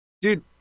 dude